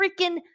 freaking